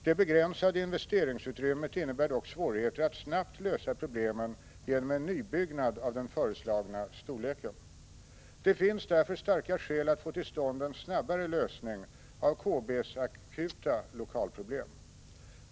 Det begränsade investeringsutrymmet innebär dock svårigheter att snabbt lösa problemen genom en nybyggnad av den föreslagna storleken. Det finns därför starka skäl att få till stånd en snabbare lösning av KB:s akuta lokalproblem.